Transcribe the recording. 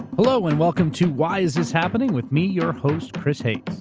hello and welcome to why is this happening, with me, your host, chris hayes.